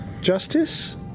justice